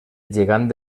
gegant